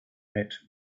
met